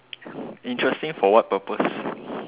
interesting for what purpose